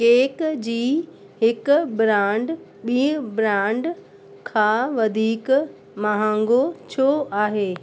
cake जी हिकु brand ॿी ब्रांड खां वधीक महांगो छो आहे